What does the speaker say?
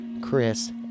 Chris